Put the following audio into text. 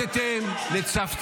חבר הכנסת מלביצקי, אין צורך.